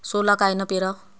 सोला कायनं पेराव?